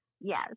Yes